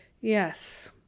Yes